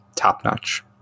top-notch